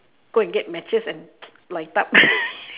go and get matches and light up